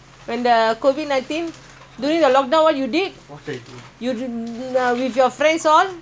ah three hundred dollars he paid ya